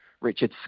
Richard